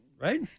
Right